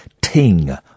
ting